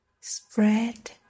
spread